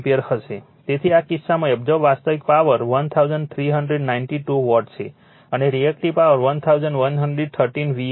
તેથી આ કિસ્સામાં એબ્સોર્બ વાસ્તવિક પાવર 1392 વોટ છે અને રિએક્ટિવ પાવર 1113 var છે